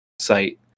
site